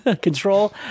Control